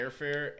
airfare